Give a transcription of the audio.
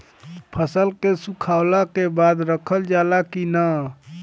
फसल के सुखावला के बाद रखल जाला कि न?